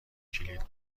کلید